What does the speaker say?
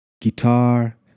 guitar